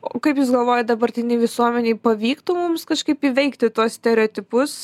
o kaip jūs galvojat dabartinėj visuomenėj pavyktų mums kažkaip įveikti tuos stereotipus